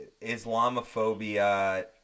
Islamophobia